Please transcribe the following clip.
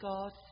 God